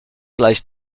gleich